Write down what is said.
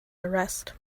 arrest